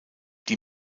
die